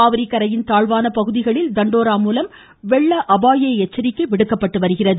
காவிரி கரையின் தாழ்வான பகுதிகளில் தண்டோரா மூலம் வெள்ள அபாய எச்சரிக்கை விடுக்கப்பட்டு வருகிறது